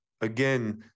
again